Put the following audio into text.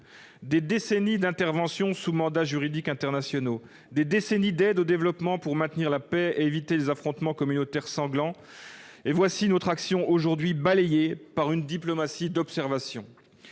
Des décennies d'interventions sous mandats juridiques internationaux et des décennies d'aide au développement pour maintenir la paix et éviter des affrontements communautaires sanglants sont aujourd'hui balayées par une diplomatie d'observation.